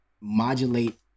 modulate